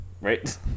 Right